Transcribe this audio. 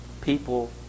People